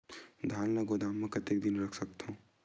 धान ल गोदाम म कतेक दिन रख सकथव?